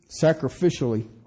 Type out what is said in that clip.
sacrificially